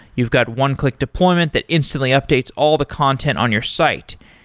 you've got one-click deployments that instantly updates all the content on your site.